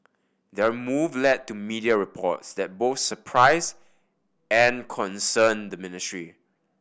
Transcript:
their move led to media reports that both surprised and concerned the ministry